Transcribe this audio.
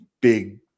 big